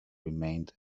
remained